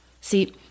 See